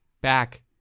back